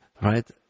right